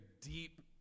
deep